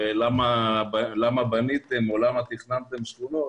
למה בניתם או למה תכננתם שכונות,